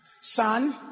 son